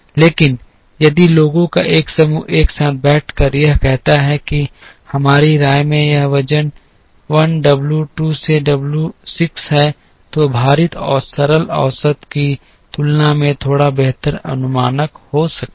लेकिन यदि लोगों का एक समूह एक साथ बैठकर यह कहता है कि हमारी राय में यह वजन 1 डब्ल्यू 2 से डब्ल्यू 6 है तो भारित औसत सरल औसत की तुलना में थोड़ा बेहतर अनुमानक हो सकता है